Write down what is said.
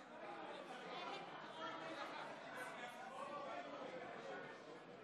אם כך, חברי הכנסת,